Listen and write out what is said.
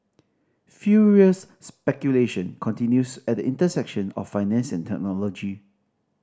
furious speculation continues at the intersection of finance and technology